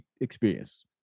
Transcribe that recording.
experience